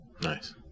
Nice